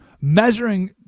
measuring